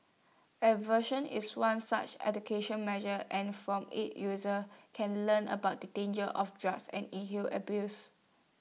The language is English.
aversion is one such education measure and from IT users can learn about the dangers of drugs and inhale abuse